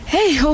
Hey